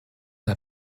n’a